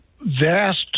vast